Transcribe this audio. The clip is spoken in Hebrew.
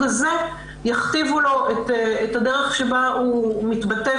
הזה יכתיבו לו את הדרך שבה הוא מתבטא,